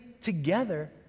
together